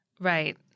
Right